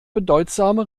bedeutsame